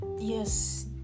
yes